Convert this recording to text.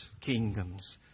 kingdoms